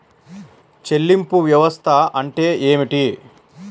చెల్లింపు వ్యవస్థ అంటే ఏమిటి?